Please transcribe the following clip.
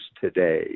today